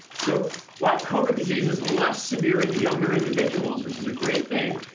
so while covid disease is less severe in younger individuals, which is a great thing,